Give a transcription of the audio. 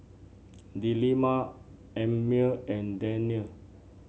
Delima Ammir and Daniel